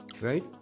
right